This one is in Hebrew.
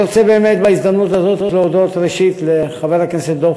אני רוצה באמת בהזדמנות זו להודות ראשית לחבר הכנסת דב